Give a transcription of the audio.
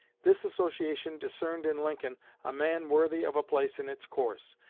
this association discerned in lincoln a man worthy of a place in its course,